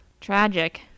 Tragic